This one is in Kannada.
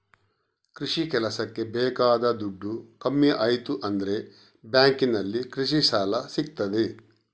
ಕೃಷಿ ಕೆಲಸಕ್ಕೆ ಬೇಕಾದ ದುಡ್ಡು ಕಮ್ಮಿ ಆಯ್ತು ಅಂದ್ರೆ ಬ್ಯಾಂಕಿನಲ್ಲಿ ಕೃಷಿ ಸಾಲ ಸಿಗ್ತದೆ